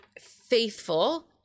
faithful